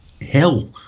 hell